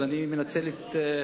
אז אני מנצל את,